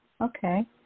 okay